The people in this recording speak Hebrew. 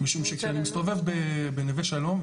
משום שכאשר אני מסתובב בנווה שלום,